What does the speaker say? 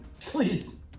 Please